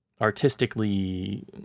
artistically